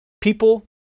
People